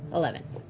eleven.